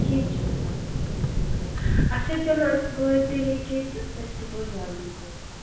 کیٚنہہ چھِنہٕ پرواے کیٚنہہ چھِنہٕ پر اچھا چلو أسۍ وٲتۍ تیٚلہِ ییٚکیٛاہ تہٕ أسۍ یِمو جلدی تیٚلہِ